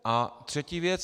A třetí věc.